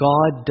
God